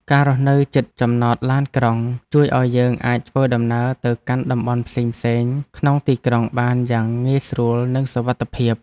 ការរស់នៅជិតចំណតឡានក្រុងជួយឱ្យយើងអាចធ្វើដំណើរទៅកាន់តំបន់ផ្សេងៗក្នុងទីក្រុងបានយ៉ាងងាយស្រួលនិងសុវត្ថិភាព។